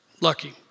lucky